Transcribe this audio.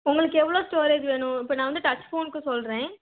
உங்களுக்கு எவ்வளோ ஸ்டோரேஜ் வேணும் இப்போ நான் வந்து டச் ஃபோனுக்கு சொல்கிறேன்